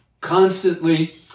constantly